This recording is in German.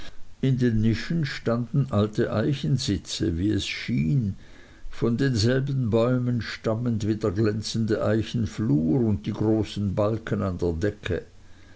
in den nischen standen alte eichensitze wie es schien von denselben bäumen stammend wie die glänzende eichenflur und die großen balken an der decke